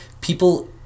people